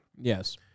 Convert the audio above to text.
Yes